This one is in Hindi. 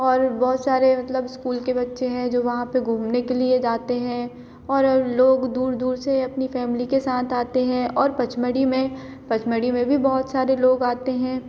और बहुत सारे मतलब इस्कूल के बच्चे हैं जो वहाँ पर घूमने के लिए जाते हैं और लोग दूर दूर से अपनी फैमिली के साथ आते हैं और पचमढ़ी में पचमढ़ी में भी बहुत सारे लोग आते हैं